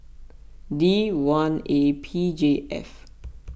D one A P J F